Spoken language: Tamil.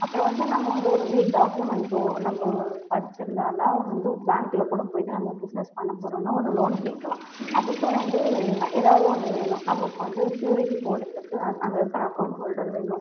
அப்புறம் வந்து நம்ப வந்து ஒரு வீடு டாக்யூமெண்டோ நம்ப படிச்சிருந்தால் தான் வந்து பேங்க்கில் கூட போயிவிட்டு நம்ப பிஸ்னஸ் பண்ண போகறோன்னு ஒரு லோன் கேட்கலாம் அதுக்கும் வந்து என்ன எதாவது ஒன்று வேணும் நமக்கு வந்து சூரிட்டி போடுறதுக்கு அங் அங்கே இருக்கிற அக்கொண்ட் ஹோல்டர் வேணும்